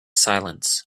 silence